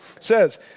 says